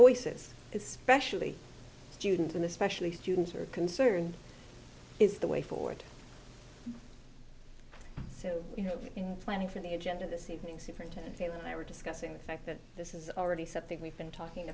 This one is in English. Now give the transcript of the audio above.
voices especially students and especially students who are concerned is the way forward so you know in planning for the agenda this evening superintendent dale and i were discussing the fact that this is already something we've been talking